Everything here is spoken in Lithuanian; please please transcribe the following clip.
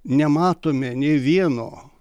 nematome nei vieno